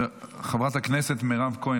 חברת הכנסת מירב כהן,